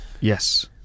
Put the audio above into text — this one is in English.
Yes